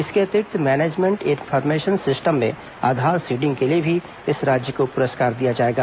इसके अतिरिक्त management information system में आधार सीडिंग को लिए भी इस राज्य को पुरस्कार दिया जाएगा